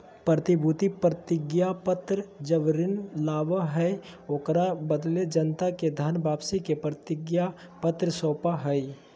प्रतिभूति प्रतिज्ञापत्र जब ऋण लाबा हइ, ओकरा बदले जनता के धन वापसी के प्रतिज्ञापत्र सौपा हइ